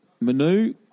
Manu